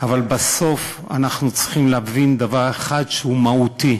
אבל בסוף אנחנו צריכים להבין דבר אחד, שהוא מהותי: